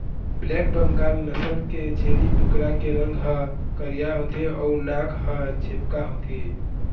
black Bengal नसल के छेरी बोकरा के रंग ह करिया होथे अउ नाक ह छेपका होथे